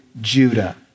Judah